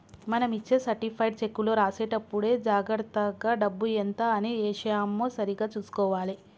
మనం ఇచ్చే సర్టిఫైడ్ చెక్కులో రాసేటప్పుడే జాగర్తగా డబ్బు ఎంత అని ఏశామో సరిగ్గా చుసుకోవాలే